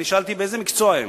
אני שאלתי, באיזה מקצוע הם?